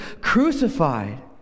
crucified